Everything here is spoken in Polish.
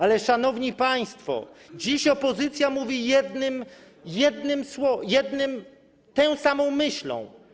Ale, szanowni państwo, dziś opozycja mówi jednym sło... jednym... tą samą myślą.